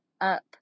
up